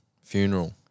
funeral